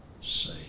say